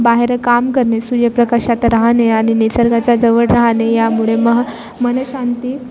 बाहेर काम करणे सूर्यप्रकाशात राहणे आणि निसर्गाचा जवळ राहणे यामुळे मह मनःशांती